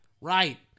Right